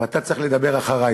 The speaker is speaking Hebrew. ואתה צריך לדבר אחרי,